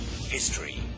History